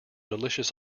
delicious